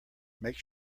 make